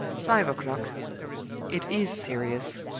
five o'clock it is serious.